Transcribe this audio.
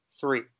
Three